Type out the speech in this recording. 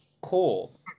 cool